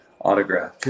autograph